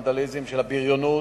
הוונדליזם והבריונות.